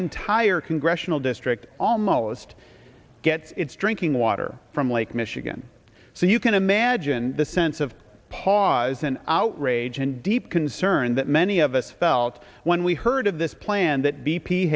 entire congressional district almost gets its drinking water from lake michigan so you can imagine the sense of pause and outrage and deep concern that many of us felt when we heard of this plan that